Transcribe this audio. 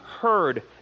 heard